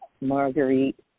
Marguerite